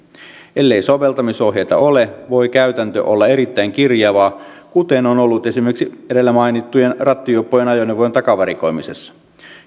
ellei soveltamisohjeita ole voi käytäntö olla erittäin kirjavaa kuten on ollut esimerkiksi edellä mainittujen rattijuoppojen ajoneuvojen takavarikoimisessa